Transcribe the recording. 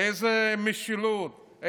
איזו משילות?